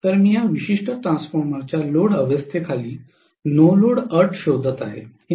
तर मी या विशिष्ट ट्रान्सफॉर्मरच्या लोड अवस्थेखाली नो लोड अट शोधत आहे